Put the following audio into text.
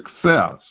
success